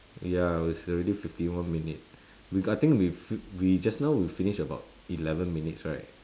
ya it's already fifty one minute regarding with we just now we finish about eleven minutes right